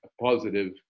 positive